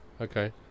Okay